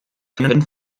können